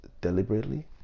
deliberately